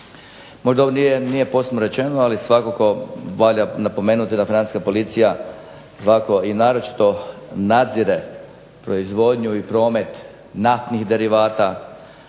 Možda ovdje nije posebno rečeno, ali svakako valja napomenuti da Financijska policija svakako i naročito nadzire proizvodnju i promet naftnih derivata,